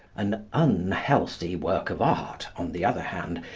an unhealthy work of art, on the other hand,